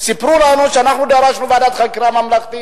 כשאנחנו דרשנו ועדת חקירה ממלכתית,